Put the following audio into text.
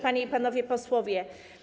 Panie i Panowie Posłowie!